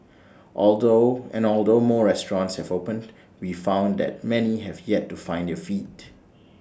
although and although more restaurants have opened we found that many have yet to find their feet